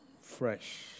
fresh